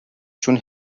چون